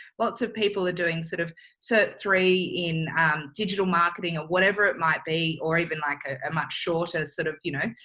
lots of people are doing sort of cert three in digital marketing and whatever it might be, or even like a much shorter sort of, you know,